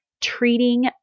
treating